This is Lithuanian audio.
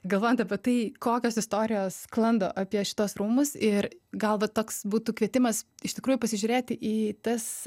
galvojant apie tai kokios istorijos sklando apie šituos rūmus ir gal va toks būtų kvietimas iš tikrųjų pasižiūrėti į tas